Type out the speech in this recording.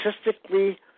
statistically